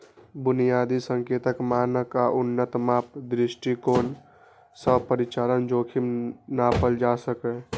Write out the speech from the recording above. बुनियादी संकेतक, मानक आ उन्नत माप दृष्टिकोण सं परिचालन जोखिम नापल जा सकैए